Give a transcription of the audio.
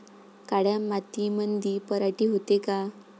काळ्या मातीमंदी पराटी होते का?